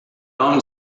owned